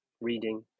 Reading